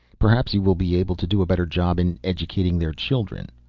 perhaps you will be able to do a better job in educating their children.